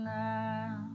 now